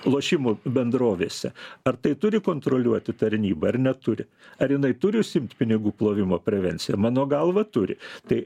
lošimų bendrovėse ar tai turi kontroliuoti tarnyba ar neturi ar jinai turi užsiimt pinigų plovimo prevencija mano galva turi tai